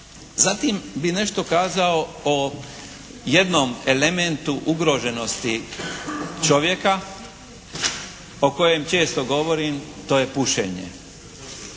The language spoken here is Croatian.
Zatim bi nešto kazao o jednom elementu ugroženosti čovjeka o kojem često govorim. To je pušenje.